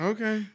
Okay